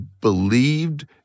believed